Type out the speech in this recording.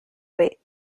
weight